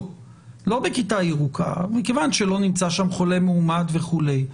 לא בכיתה ירוקה מכיוון שלא נמצא שם חולה מאומת וכולי,